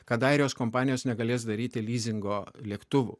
kad airijos kompanijos negalės daryti lizingo lėktuvų